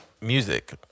music